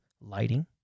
lighting